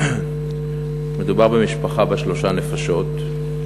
מדובר במשפחה בת שלוש נפשות,